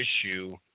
issue